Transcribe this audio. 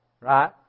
right